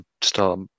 start